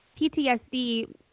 PTSD